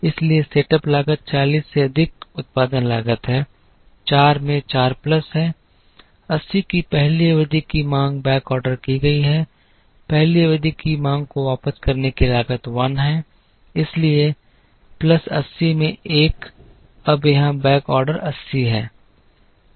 इसलिए सेटअप लागत 40 से अधिक उत्पादन लागत है 4 में 4 प्लस है 80 की पहली अवधि की मांग बैकऑर्डर की गई है पहली अवधि की मांग को वापस करने की लागत 1 है इसलिए प्लस 80 में 1 अब यहां बैकऑर्डर 80 है